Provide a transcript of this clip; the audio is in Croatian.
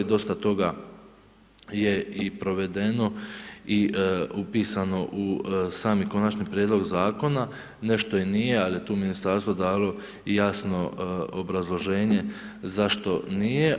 Dosta toga je i provedeno i upisano u sami konačni prijedlog zakona, nešto i nije, ali je tu ministarstvo dalo jasno obrazloženje zašto nije.